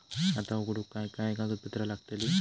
खाता उघडूक काय काय कागदपत्रा लागतली?